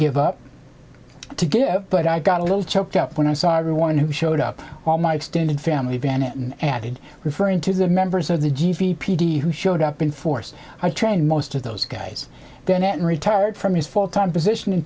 give up to give but i got a little choked up when i saw everyone who showed up all my extended family benetton added referring to the members of the g b p d who showed up in force i trained most of those guys then it retired from his full time position in